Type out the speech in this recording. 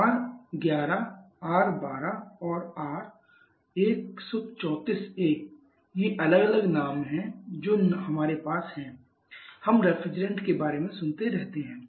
R 11 R 12 और R134a ये अलग अलग नाम हैं जो हमारे पास हैं हम रेफ्रिजरेंट के बारे में सुनते रहते हैं